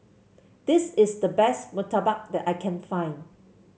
this is the best murtabak that I can find